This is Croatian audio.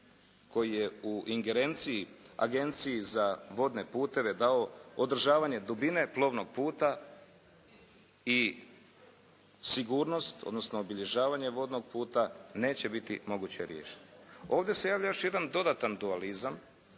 koji je u ingerenciji Agenciji za vodne puteve dao održavanje dubine plovnog puta i sigurnost odnosno obilježavanje vodnog puta neće biti moguće riješiti. Ovdje se javlja još jedan dodatan dualizam,